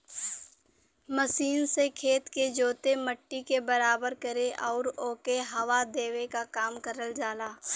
machine से खेत के जोते, मट्टी के बराबर करे आउर ओके हवा देवे क काम करल जाला